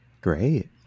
great